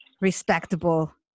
respectable